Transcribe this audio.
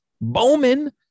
Bowman